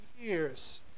years